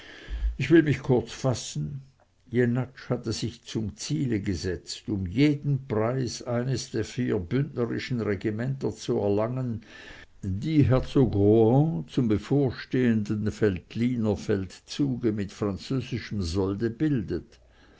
ich will mich kurz fassen jenatsch hatte sich zum ziele gesetzt um jeden preis eines der vier bündnerischen regimenter zu erlangen die herzog rohan zum bevorstehenden veltliner feldzuge mit französischem solde bildet